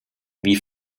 wie